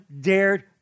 dared